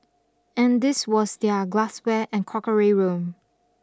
and this was their glassware and crockery room